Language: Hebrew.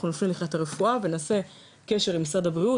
אנחנו אפילו נדחה את הרפואה ונעשה קשר עם משרד הבריאות,